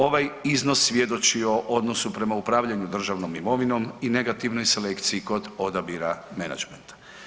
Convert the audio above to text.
Ovaj iznos svjedoči o odnosu prema upravljanju državnom imovinom i negativnoj selekciji kod odabira menadžmente.